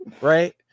right